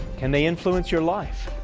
can they influence your life?